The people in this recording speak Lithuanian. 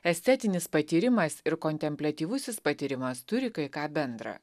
estetinis patyrimas ir kontempliatyvusis patyrimas turi kai ką bendra